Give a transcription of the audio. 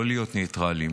לא להיות ניטרליים,